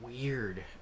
weird